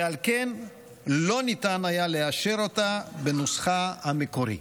ועל כן לא ניתן היה לאשר אותה בנוסחה המקורי.